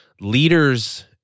leaders